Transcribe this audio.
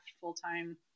full-time